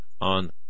on